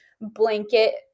blanket